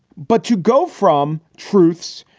but to go from truths,